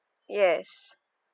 yes